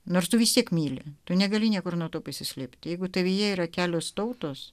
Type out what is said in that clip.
nors tu vis tiek myli tu negali niekur nuo to pasislėpti jeigu tavyje yra kelios tautos